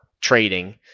trading